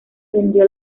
vendió